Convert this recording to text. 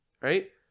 Right